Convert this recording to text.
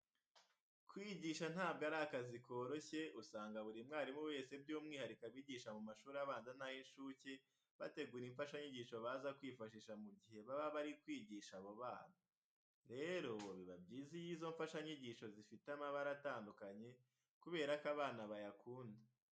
Kwigisha ntabwo ari akazi koroshye, usanga buri mwarimu wese by'umwihariko abigisha mu mashuri abanza n'ay'inshuke bategura imfashanyigisho baza kwifashisha mu gihe baba bari kwigisha abo bana. Rero, biba byiza iyo izo mfashanyigisho zifite amabara atandukanye kubera ko abana bayakunda.